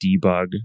debug